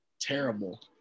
terrible